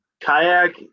Kayak